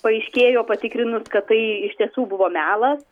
paaiškėjo patikrinus kad tai iš tiesų buvo melas